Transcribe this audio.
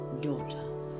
daughter